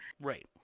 Right